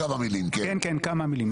כן, כמה מילים.